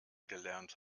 gelernt